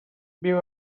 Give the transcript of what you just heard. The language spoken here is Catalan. viu